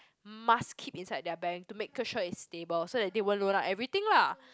must keep inside their bank to make sure it's stable so they won't loan out everything lah